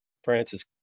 Francis